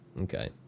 okay